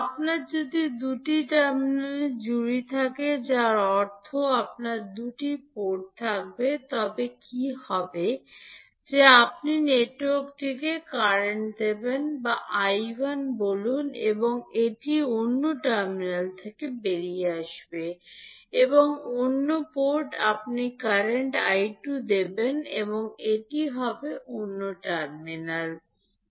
আপনার যদি দুটি টার্মিনালের জুড়ি থাকে যার অর্থ আপনার দুটি পোর্ট থাকবে তবে কী হবে যে আপনি নেটওয়ার্কটিকে কারেন্ট দেবেন 𝐈1 বলুন এবং এটি অন্য টার্মিনাল থেকে বেরিয়ে আসবে এবং অন্য পোর্ট আপনি কারেন্ট 𝐈2 দেবেন এবং এটি হবে অন্য টার্মিনাল থেকে বেরিয়ে আসুন